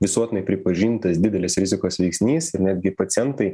visuotinai pripažintas didelis rizikos veiksnys ir netgi pacientai